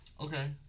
Okay